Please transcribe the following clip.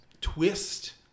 twist